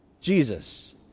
Jesus